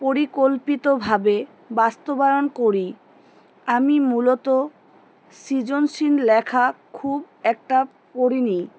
পরিকল্পিতভাবে বাস্তবায়ন করি আমি মূলত সৃজনশীল লেখা খুব একটা পড়িনি